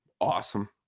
awesome